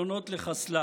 רוצה?